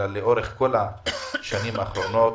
אלא לאורך כל השנים האחרונות